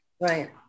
Right